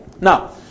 now